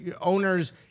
owners